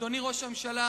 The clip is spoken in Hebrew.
אדוני ראש הממשלה,